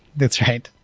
that's right.